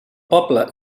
poble